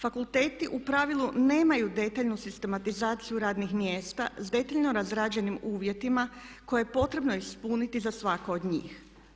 Fakulteti u pravilu nemaju detaljnu sistematizaciju radnih mjesta s detaljno razrađenim uvjetima koje je potrebno ispuniti za svako od njih.